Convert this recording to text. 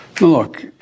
Look